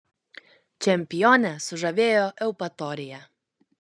čempionę sužavėjo eupatorija